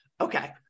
Okay